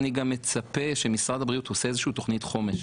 ואני גם מצפה שמשרד הבריאות עושה איזושהי בריאות חומש,